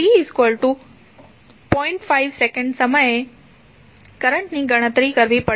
5 second સમયએ current ની ગણતરી કરવી પડશે